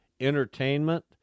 entertainment